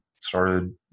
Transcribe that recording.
started